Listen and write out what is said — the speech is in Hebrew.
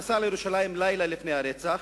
נסע לירושלים לילה לפני הרצח,